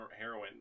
heroin